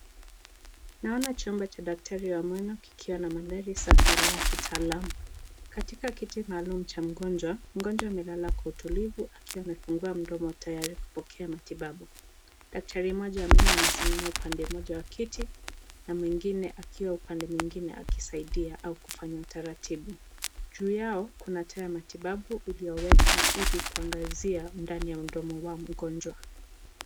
Naona chumba cha daktari ya meno kikiwa na mandhari safi na kitaalamu, katika kiti maalum cha mgonjwa mgonjwa amelala kwa utulivu akiwa amefungua mdomo tayari kupokea matibabu. Daktari mmoja wa meno amesimama upande moja wa kiti na mwingine akiwa upande mwingine akisaidia au kufanya utaratibu, juu yao kuna taa ya matibabu iliyowekwa ili kuangazia ndani ya mdomo ya mgonjwa.